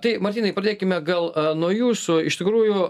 tai martynai pradėkime gal nuo jūsų iš tikrųjų